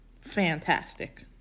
fantastic